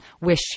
wish